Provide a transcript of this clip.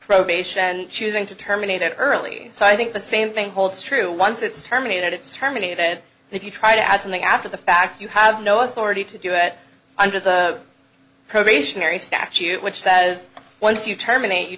probation and choosing to terminate their early so i think the same thing holds true once it's terminated it's terminated and if you try to add something after the fact you have no authority to do it under the probationary statute which says once you terminate you